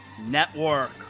Network